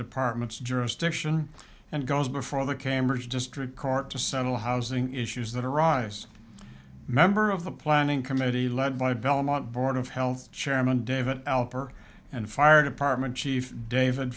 department's jurisdiction and goes before the cameras district court to settle housing issues that arise member of the planning committee led by belmont board of health chairman david alper and fire department chief david